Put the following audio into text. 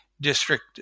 district